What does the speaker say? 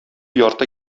ярты